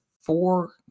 four